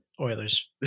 Oilers